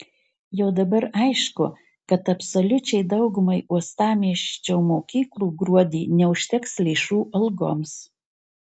jau dabar aišku kad absoliučiai daugumai uostamiesčio mokyklų gruodį neužteks lėšų algoms